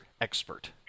expert